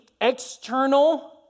external